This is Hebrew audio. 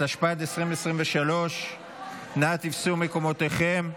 התשפ"ד 2023. אנא תפסו את מקומותיכם.